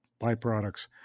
byproducts